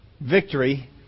Victory